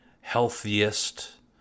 healthiest